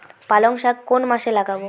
পালংশাক কোন মাসে লাগাব?